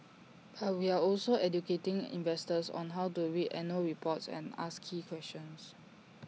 but we're also educating investors on how to read annual reports and ask key questions